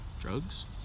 drugs